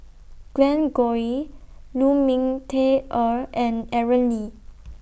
Glen Goei Lu Ming Teh Earl and Aaron Lee